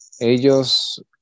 Ellos